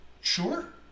Sure